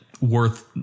worth